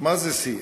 מה זה "שיא"?